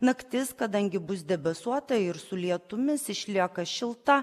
naktis kadangi bus debesuota ir su lietumis išlieka šilta